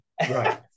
Right